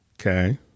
Okay